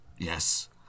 Yes